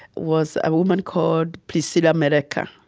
was a woman called priscilla mereka.